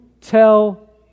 tell